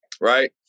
right